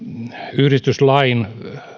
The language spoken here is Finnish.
yhdistyslain